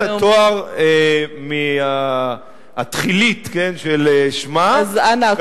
נשמט התואר מהתחילית של שמה, אז אנא הקפד.